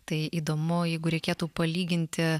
tai įdomu jeigu reikėtų palyginti